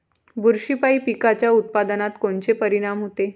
बुरशीपायी पिकाच्या उत्पादनात कोनचे परीनाम होते?